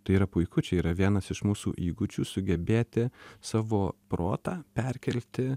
tai yra puiku čia yra vienas iš mūsų įgūdžių sugebėti savo protą perkelti